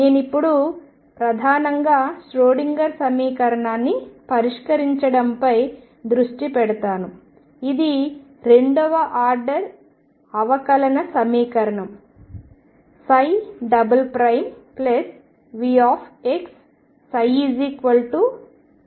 నేను ఇప్పుడు ప్రధానంగా ష్రోడింగర్ సమీకరణాన్ని పరిష్కరించడంపై దృష్టి పెడతాను ఇది రెండవ ఆర్డర్ అవకలన సమీకరణం VxψEψ